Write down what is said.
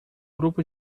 grupo